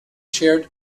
shared